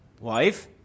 wife